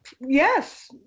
Yes